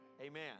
Amen